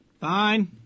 Fine